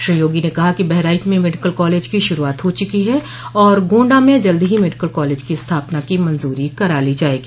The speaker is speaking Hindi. श्री योगी ने कहा कि बहराइच में मेडिकल कॉलेज की शुरूआत हो चुकी है और गोण्डा में जल्द ही मेडिकल कॉलेज की स्थापना की मंजरी करा ली जायेगी